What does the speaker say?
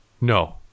No